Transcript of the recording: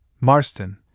Marston